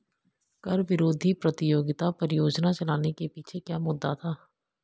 कर विरोधी प्रतियोगिता परियोजना चलाने के पीछे क्या मुद्दा था?